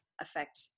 affect